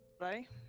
Right